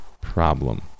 problem